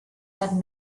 had